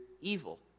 evil